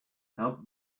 help